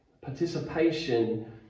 participation